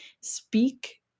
speak